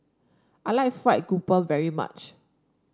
I like fried grouper very much